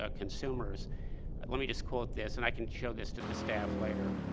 ah consumers let me just quote this, and i can show this to the staff later. ah,